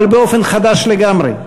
אבל באופן חדש לגמרי.